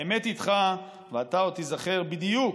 האמת איתך, ואתה עוד תיזכר בדיוק,